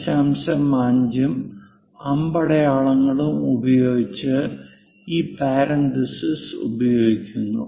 5 ഉം അമ്പടയാളങ്ങളും ഉപയോഗിച്ച് ഈ പരാൻതീസിസ് ഉപയോഗിക്കുന്നു